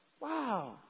Wow